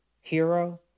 hero